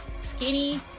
skinny